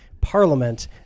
parliament